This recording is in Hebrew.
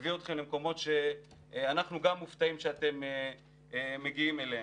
מביא אתכם למקומות שאנחנו גם מופתעים שאתם מגיעים אליהם.